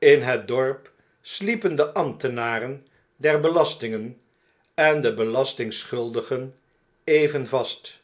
in het dorp sliepen de ambtenaren der belastingen en de belastingschuldigen even vast